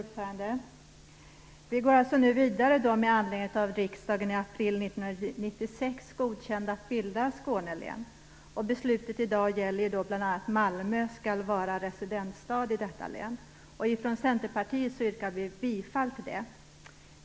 Herr talman! Vi går nu vidare med anledning av att riksdagen i april 1996 godkände att Skåne län bildas. Beslutet i dag gäller om Malmö skall vara residensstad i detta län. Vi i Centerpartiet yrkar bifall till det.